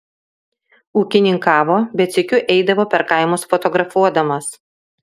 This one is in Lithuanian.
ūkininkavo bet sykiu eidavo per kaimus fotografuodamas